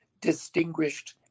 distinguished